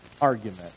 argument